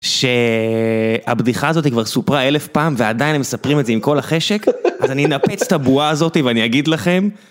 שהבדיחה הזאת היא כבר סופרה אלף פעם, ועדיין הם מספרים את זה עם כל החשק, אז אני אנפץ את הבועה הזאתי ואני אגיד לכם...